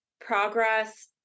progress